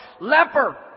leper